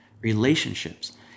relationships